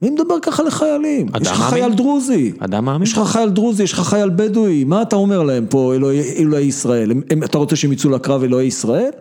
מי מדבר ככה לחיילים?! אדם מאמין... יש לך חייל דרוזי. אדם מאמין... יש לך חייל דרוזי, יש לך חייל בדואי, מה אתה אומר להם פה, אלוהי ישראל, אתה רוצה שהם יצאו לקרב אלוהי ישראל?!